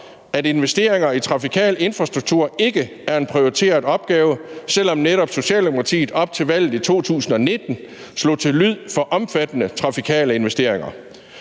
at investeringer i trafikal infrastruktur ikke er en prioriteret opgave, selv om netop Socialdemokratiet op til valget i 2019 slog til lyd for omfattende trafikale investeringer.